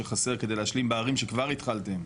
שחסר כדי להשלים בערים שכבר התחלתם?